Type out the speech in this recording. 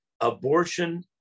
abortion